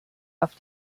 auf